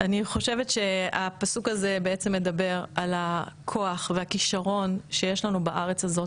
חושבת שהפסוק הזה מדבר על הכוח והכישרון שיש לנו בארץ הזאת.